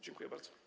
Dziękuję bardzo.